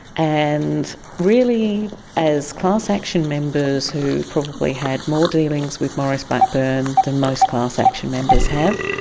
and really as class action members who've probably had more dealings with maurice blackburn than most class action members have,